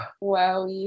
Wow